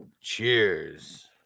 Cheers